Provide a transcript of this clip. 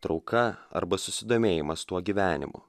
trauka arba susidomėjimas tuo gyvenimu